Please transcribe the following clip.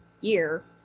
year